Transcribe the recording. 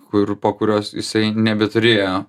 kur po kurios jisai nebeturėjo